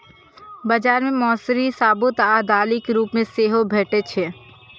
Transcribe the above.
बाजार मे मौसरी साबूत आ दालिक रूप मे सेहो भैटे छै